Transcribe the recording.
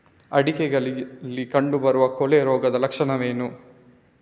ಅಡಿಕೆಗಳಲ್ಲಿ ಕಂಡುಬರುವ ಕೊಳೆ ರೋಗದ ಲಕ್ಷಣವೇನು?